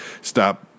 stop